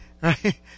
Right